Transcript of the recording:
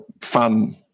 fun